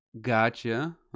Gotcha